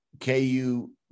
KU